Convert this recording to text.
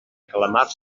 calamars